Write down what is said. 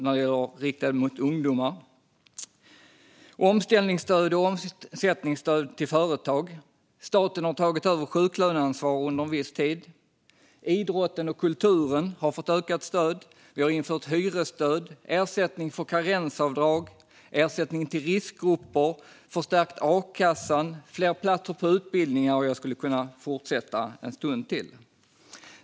Här finns också omställningsstöd och omsättningsstöd till företag, statligt sjuklöneansvaret under viss tid, ökat stöd till idrott och kultur, hyresstöd, ersättning för karensavdraget, ersättning till riskgrupper, förstärkt akassa och fler utbildningsplatser. Jag skulle kunna fortsätta en stund till.